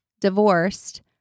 divorced